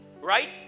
right